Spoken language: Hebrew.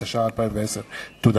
התש"ע 2010. תודה.